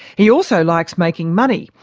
he also likes making money,